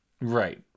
Right